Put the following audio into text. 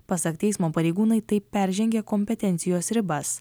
pasak teismo pareigūnai taip peržengė kompetencijos ribas